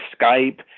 Skype